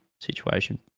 situation